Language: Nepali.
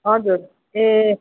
हजुर ए